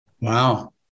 Wow